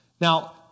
Now